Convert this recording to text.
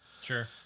Sure